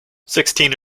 sixteen